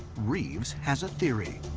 reeves has a theory.